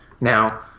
Now